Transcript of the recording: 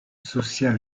social